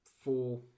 four